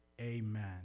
Amen